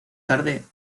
tarde